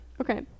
Okay